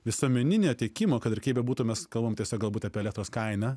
visuomeninio tiekimo kad ir kaip bebūtų mes kalbam tiesiog galbūt apie elektros kainą